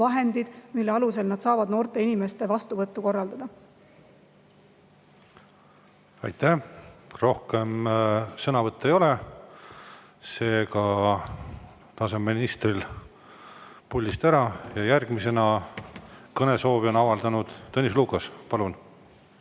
[lahendused], mille alusel nad saavad noorte inimeste vastuvõttu korraldada. Aitäh! Rohkem sõnavõtte ei ole. Seega laseme ministri puldist ära. Järgmisena on kõnesoovi avaldanud Tõnis Lukas. Palun!